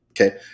okay